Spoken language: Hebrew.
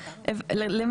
בסדר גמור,